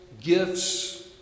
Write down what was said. gifts